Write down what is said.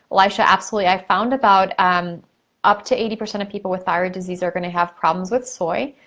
elijah, absolutely. i found about um up to eighty percent of people with thyroid disease are gonna have problems with soy.